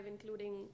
including